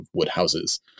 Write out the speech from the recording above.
Woodhouses